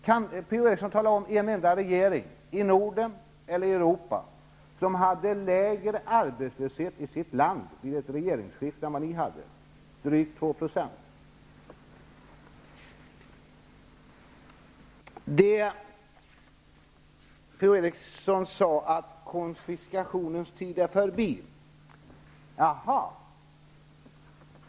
Kan P-O Eriksson nämna en enda regering, i Norden eller i övriga Europa, som vid ett regeringsskifte hade en lägre arbetslöshet i sitt land än vad ni hade, dvs. drygt P-O Eriksson sade att konfiskationens tid är förbi.